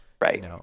Right